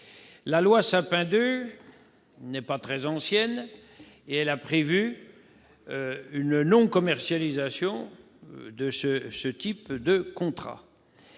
La loi Sapin II, qui n'est pas très ancienne, a prévu la non-commercialisation de ce type de contrat